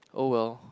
oh well